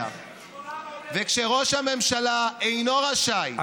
וכשראש הממשלה אינו רשאי,